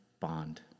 bond